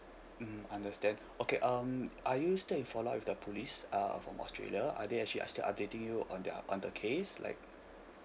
mm understand okay um are you still in follow up with the police uh from australia are they actually are still updating you on the on the case like